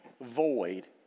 void